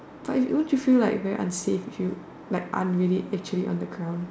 but it won't you feel like very unsafe if you like aren't really actually on the ground